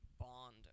bond